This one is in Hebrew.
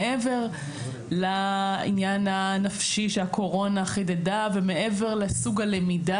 מעבר לעניין הנפשי שהקורונה חידדה ומעבר לסוג הלמידה